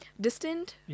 distant